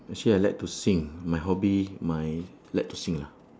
actually I like to sing my hobby my like to sing lah